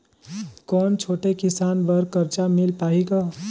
कौन छोटे किसान बर कर्जा मिल पाही ग?